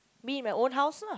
me at my own house lah